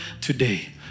today